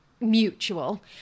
mutual